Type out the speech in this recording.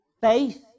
faith